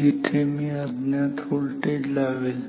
जिथे मी अज्ञात व्होल्टेज लावेल